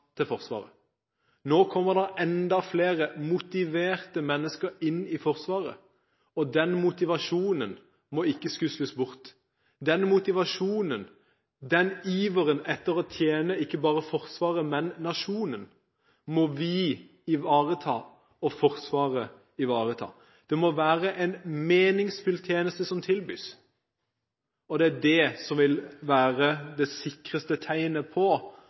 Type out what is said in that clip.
til Forsvaret. Nå kommer det enda flere motiverte mennesker inn i Forsvaret, og den motivasjonen må ikke skusles bort. Den motivasjonen og den iveren etter å tjene ikke bare Forsvaret, men nasjonen, må vi og Forsvaret ivareta. Det må være en meningsfylt tjeneste som tilbys. Det vil være det sikreste tegnet på